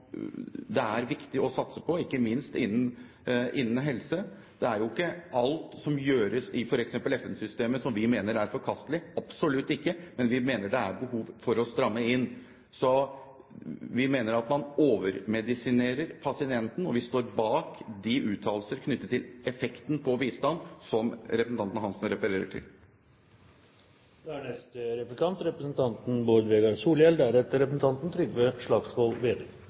det er viktig å satse på, ikke minst innen helse. Det er jo ikke alt som gjøres i f.eks. FN-systemet, som vi mener er forkastelig, absolutt ikke, men vi mener det er behov for å stramme inn. Vi mener at man overmedisinerer pasienten, og vi står bak de uttalelser knyttet til effekten av bistand som representanten Svein Roald Hansen refererer